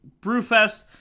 Brewfest